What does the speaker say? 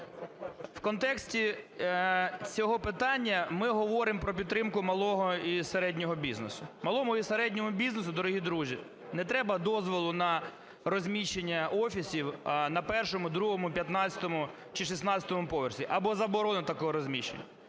В контексті цього питання ми поговоримо про підтримку малого і середнього бізнесу. Малому і середньому бізнесу, дорогі друзі, не треба дозволу на розміщення офісів на 1-у, 2-у, 15-у чи 16-у поверсі або заборони такого розміщення.